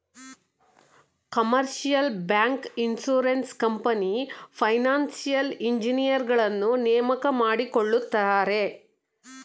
commercial bank, insurance company, financial ಇಂಜಿನಿಯರುಗಳನ್ನು ನೇಮಕ ಮಾಡಿಕೊಳ್ಳುತ್ತಾರೆ